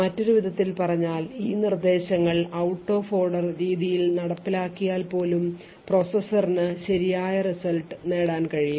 മറ്റൊരു വിധത്തിൽ പറഞ്ഞാൽ ഈ നിർദ്ദേശങ്ങൾ out of order രീതിയിൽ നടപ്പിലാക്കിയാൽ പോലും പ്രോസസറിന് ശരിയായ result നേടാൻ കഴിയും